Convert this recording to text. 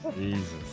Jesus